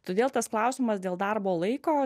todėl tas klausimas dėl darbo laiko